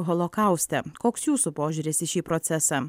holokauste koks jūsų požiūris į šį procesą